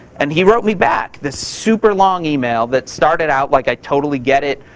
and he wrote me back this super long email that started out like, i totally get it.